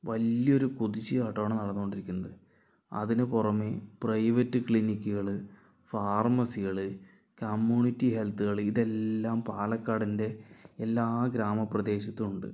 വലിയൊരു കുതിച്ചു ചാട്ടമാണ് നടന്നുകൊണ്ടിരിക്കുന്നത് അതിനു പുറമേ പ്രൈവറ്റ് ക്ലിനിക്കുകൾ ഫാർമസികൾ കമ്മ്യൂണിറ്റി ഹെൽത്തുകൾ ഇതെല്ലാം പാലക്കാടിൻ്റെ എല്ലാ ഗ്രാമ പ്രദേശത്തും ഉണ്ട്